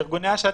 ארגוני השטח,